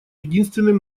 единственным